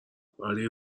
ولی